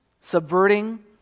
subverting